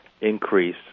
increase